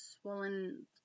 swollen